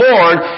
Lord